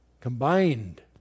combined